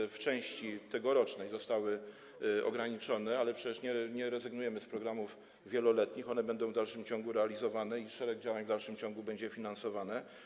One w części tegorocznej zostały ograniczone, ale przecież nie rezygnujemy z programów wieloletnich, one będą w dalszym ciągu realizowane i szereg działań w dalszym ciągu będzie finansowanych.